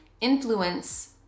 influence